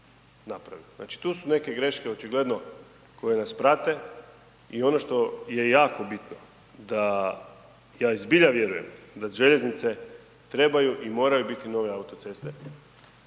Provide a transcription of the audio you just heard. tu su neke greške očigledno koje nas prate i ono što je jako bitno da ja i zbilja vjerujem da željeznice trebaju i moraju biti nove autoceste